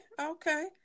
okay